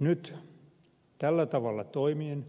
nyt tällä tavalla toimien